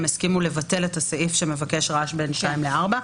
הם הסכימו לבטל את הסעיף שמבקש להטיל קנס על רעש בין שתיים לארבע.